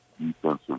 defensive